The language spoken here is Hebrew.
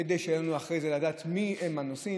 כדי שיהיה לנו ואחרי זה נדע מי הנוסעים.